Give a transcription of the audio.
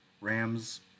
Rams